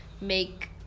make